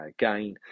again